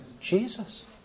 Jesus